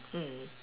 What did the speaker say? mm